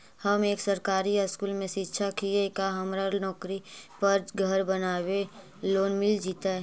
हम एक सरकारी स्कूल में शिक्षक हियै का हमरा नौकरी पर घर बनाबे लोन मिल जितै?